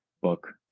book